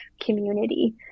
community